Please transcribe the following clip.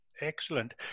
Excellent